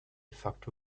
facto